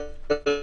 מספיק.